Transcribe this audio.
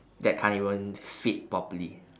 that can't even fit properly